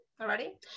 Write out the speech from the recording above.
already